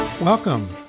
Welcome